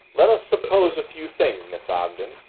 let us suppose a few things, miss ogden,